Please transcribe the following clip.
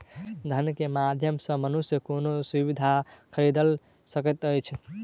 धन के माध्यम सॅ मनुष्य कोनो सुविधा खरीदल सकैत अछि